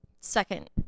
second